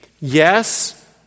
Yes